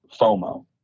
FOMO